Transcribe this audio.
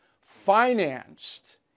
financed